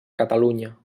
catalunya